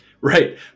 Right